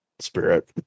Spirit